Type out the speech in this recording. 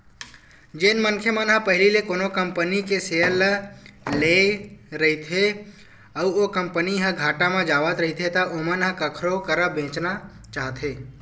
जेन मनखे मन ह पहिली ले कोनो कंपनी के सेयर ल लेए रहिथे अउ ओ कंपनी ह घाटा म जावत रहिथे त ओमन ह कखरो करा बेंचना चाहथे